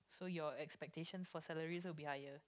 so your expectation for salary will be higher